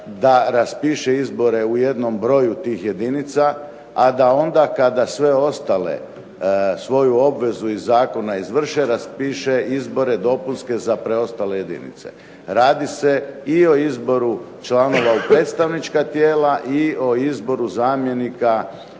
da raspiše izbore u jednom broju tih jedinica, a da onda kada sve ostale svoju obvezu iz Zakona izvrše raspiše izbore dopunske za preostale jedinice. Radi se i o izboru članova u predstavnička tijela i o izboru zamjenika